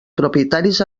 propietaris